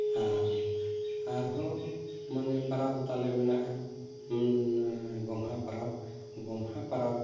ᱟᱨ ᱟᱨᱦᱚᱸ ᱢᱟᱱᱮ ᱯᱟᱨᱟᱵᱽᱛᱟᱞᱮ ᱢᱮᱱᱟᱜᱼᱟ ᱚᱱᱟ ᱜᱚᱢᱦᱟ ᱯᱟᱨᱟᱵᱽ ᱜᱚᱢᱦᱟ ᱯᱟᱨᱟᱵᱽ